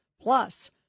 plus